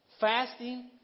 fasting